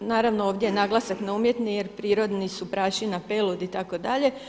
Naravno ovdje je naglasak na umjetni, jer prirodni su prašina, pelud itd.